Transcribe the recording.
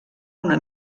una